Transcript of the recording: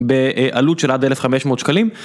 בעלות של עד 1,500 שקלים.